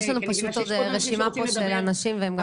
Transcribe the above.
יש לנו פשוט עוד רשימה פה של אנשים והם גם צריכים לצאת.